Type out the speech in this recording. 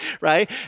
right